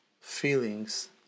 feelings